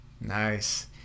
Nice